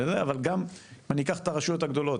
אבל גם אם אני אקח את הרשויות הגדולות,